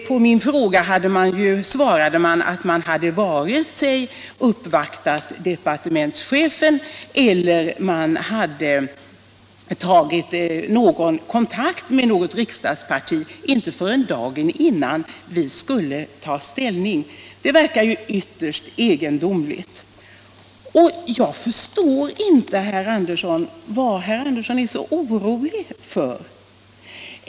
På min fråga svarade man att man inte vare sig uppvaktat departementschefen eller tagit kontakt med något riksdagsparti — inte förrän dagen innan vi skulle ta ställning. Det verkar ytterst egendomligt. Jag förstår inte vad herr Andersson är så orolig för.